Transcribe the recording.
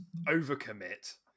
overcommit